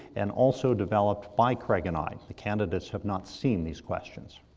and also developed by craig and i. the candidates have not seen these questions.